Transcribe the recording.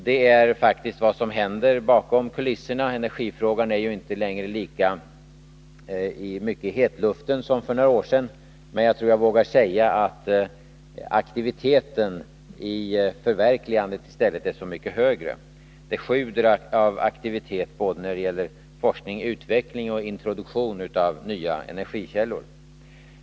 Det är faktiskt vad som händer bakom kulisserna. Energifrågan är inte längre lika mycket i hetluften som för några år sedan, men jag vågar säga att aktiviteten i förverkligandet i stället är så mycket högre. Det sjuder av aktivitet både när det gäller forskning om, samt utveckling och introduktion av nya energikällor.